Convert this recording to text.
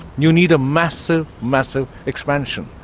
you need a massive, massive expansion.